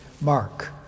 Mark